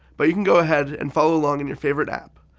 but you can go ahead and follow along in your favorite app.